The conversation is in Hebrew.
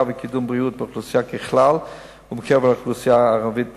וקידום בריאות באוכלוסייה בכלל ובקרב האוכלוסייה הערבית בפרט.